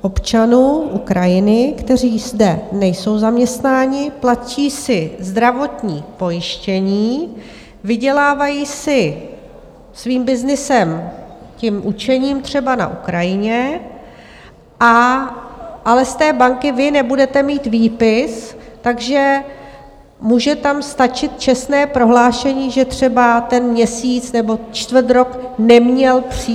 občanů Ukrajiny, kteří zde nejsou zaměstnáni, platí si zdravotní pojištění, vydělávají si svým byznysem, tím učením třeba na Ukrajině, ale z banky vy nebudete mít výpis, takže může tam stačit čestné prohlášení, že třeba ten měsíc nebo čtvrtrok neměl příjem?